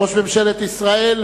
ראש ממשלת ישראל,